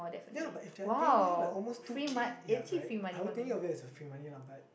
ya but if they are paying you like almost two K ya right I'll think of it as a free money lah but